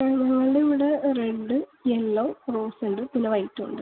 ഞങ്ങൾ ഇവിടെ red yellow rose ഉണ്ട് പിന്നെ വൈറ്റൂണ്ട്